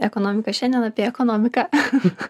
ekonomika šiandien apie ekonomiką